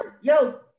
yo